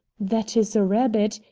that is a rabbit,